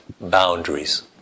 boundaries